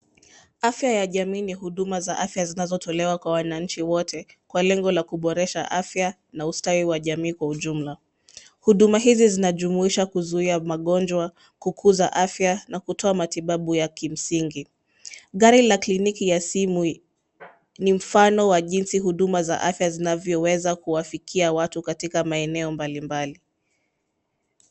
Afya ya jamii ni huduma za afya zinazotolewa kwa wananchi wote kwa lengo la kuboresha afya na ustawi wa jamii kwa ujumla. Huduma hizi zinajumuisha kuzuia magonjwa , kukuza afya na kutoa matibabu ya kimsingi. Gari la kliniki ya simu ni mfano wa jinsi huduma za afya zinavyoweza kuwafikia watu katika maeneo mbalimbali.